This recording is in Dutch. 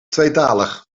tweetalig